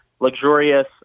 luxurious